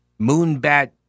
moonbat